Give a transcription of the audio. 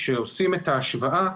כשעושים את ההשוואה,